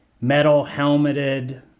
metal-helmeted